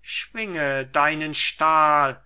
schwinge deinen stahl